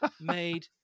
made